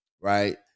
right